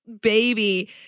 baby